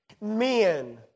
Men